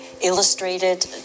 illustrated